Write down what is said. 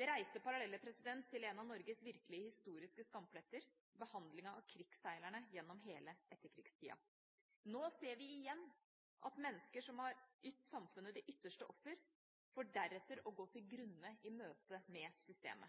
Det reiser paralleller til en av Norges virkelig historiske skampletter, nemlig behandlinga av krigsseilerne gjennom hele etterkrigstida. Nå ser vi igjen mennesker som har ytt samfunnet det ytterste offer, for deretter å gå til grunne i møte med systemet.